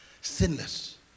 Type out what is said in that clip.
sinless